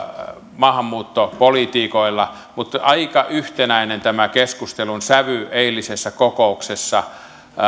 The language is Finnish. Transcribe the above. maahanmuuttopolitiikoilla mutta aika yhtenäinen tämä keskustelun sävy eilisessä kokouksessa